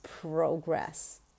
progress